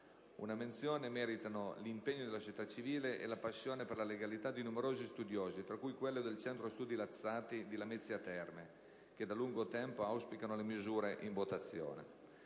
Una menzione meritano l'impegno della società civile e la passione per la legalità di numerosi studiosi, tra cui quelli del Centro studi Lazzati di Lamezia Terme, che da lungo tempo auspicano le misure in votazione.